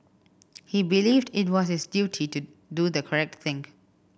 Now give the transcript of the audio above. he believed it was his duty to do the correct thing